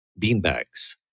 beanbags